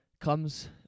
comes